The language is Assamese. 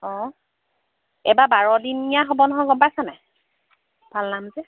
অঁ এইবাৰ বাৰদিনীয়া হ'ব নহয় গম পাইছ' নাই পাল নাম যে